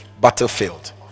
battlefield